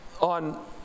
on